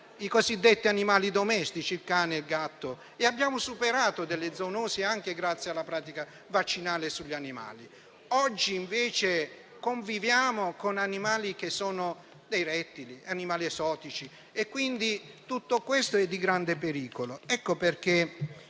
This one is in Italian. i cosiddetti animali domestici, il cane e il gatto, e abbiamo superato delle zoonosi anche grazie alla pratica vaccinale sugli animali. Oggi, invece, conviviamo con rettili ed animali esotici e tutto questo è un grande pericolo. Ecco perché